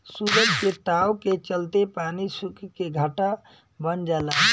सूरज के ताव के चलते पानी सुख के घाटा बन जाला